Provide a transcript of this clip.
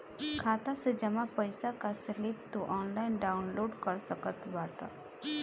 खाता से जमा पईसा कअ स्लिप तू ऑनलाइन डाउन लोड कर सकत बाटअ